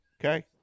Okay